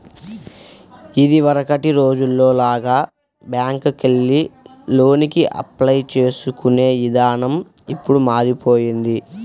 ఇదివరకటి రోజుల్లో లాగా బ్యేంకుకెళ్లి లోనుకి అప్లై చేసుకునే ఇదానం ఇప్పుడు మారిపొయ్యింది